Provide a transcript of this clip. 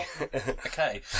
Okay